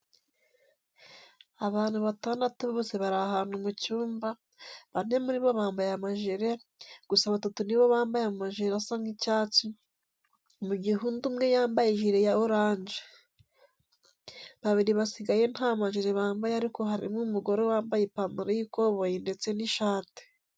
Abantu batandatu bose bari ahantu mu cyumba, bane muri bo bambaye amajire, gusa batatu ni bo bambaye amajire asa nk'icyatsi, mu gihe undi umwe yambaye ijire ya oranje. Babiri basigaye nta majire bambaye ariko harimo umugore wambaye ipantaro y'ikoboyi ndetse n'ishati.